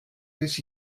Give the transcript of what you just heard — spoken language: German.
bis